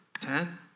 Ten